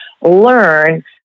learn